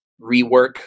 rework